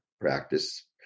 practice